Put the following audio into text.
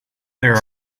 there